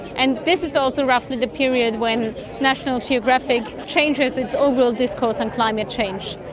and this is also roughly the period when national geographic changes its overall discourse on climate change.